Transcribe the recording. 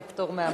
את הפטור מהמס.